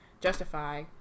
justify